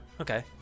Okay